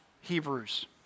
Hebrews